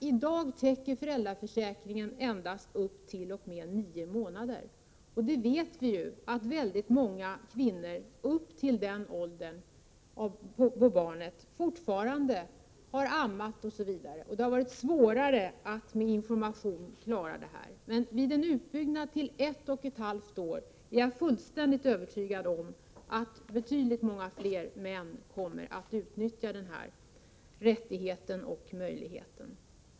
I dag täcker föräldraförsäkringen endast t.o.m. nio månader, och vi vet ju att väldigt många kvinnor upp till den åldern på barnet fortfarande ammar osv. och det har varit svårare att med information klara detta. Men vid en utbyggnad till ett och ett halvt år är jag fullständigt övertygad om att betydligt fler män kommer att utnyttja denna rättighet och möjlighet.